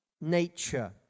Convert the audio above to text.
nature